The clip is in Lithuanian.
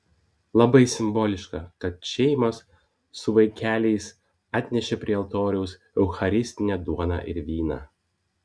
labai simboliška kad šeimos su vaikeliais atnešė prie altoriaus eucharistinę duoną ir vyną